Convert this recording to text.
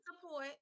support